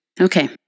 Okay